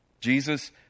Jesus